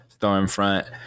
Stormfront